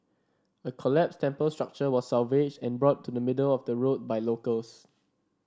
a collapsed temple structure was salvaged and brought to the middle of the road by locals